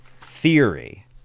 theory